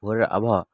ভোরের আবহাওয়া